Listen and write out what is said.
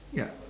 ya